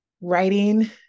writing